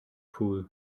pool